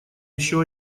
еще